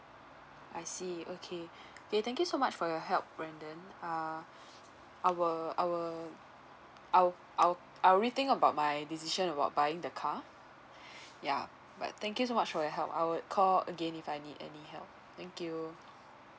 I see okay K thank you so much for your help brendan uh I will I will I'll I'll I'll rethink about my decision about buying the car ya but thank you so much for your help I would call again if I need any help thank you